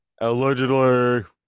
Allegedly